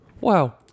Wow